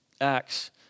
Acts